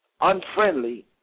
unfriendly